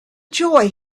joy